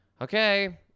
Okay